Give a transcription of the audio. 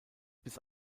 bis